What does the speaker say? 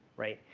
right?